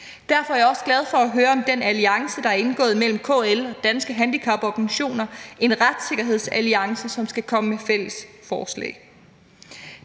Derfor er jeg også glad for at høre om den alliance, der er indgået mellem KL og Danske Handicaporganisationer – en retssikkerhedsalliance, som skal komme med fælles forslag.